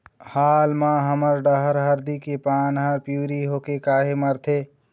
हाल मा हमर डहर हरदी के पान हर पिवरी होके काहे मरथे?